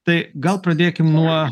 tai gal pradėkim nuo